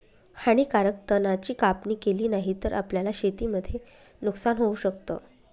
हानीकारक तणा ची कापणी केली नाही तर, आपल्याला शेतीमध्ये नुकसान होऊ शकत